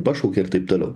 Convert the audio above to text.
pašaukė ir taip toliau